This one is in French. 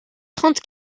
trente